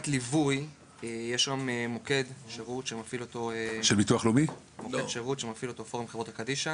יש מוקד שירות שמפעיל אותו פורום חברות קדישא